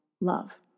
love